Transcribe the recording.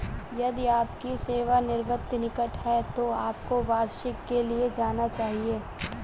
यदि आपकी सेवानिवृत्ति निकट है तो आपको वार्षिकी के लिए जाना चाहिए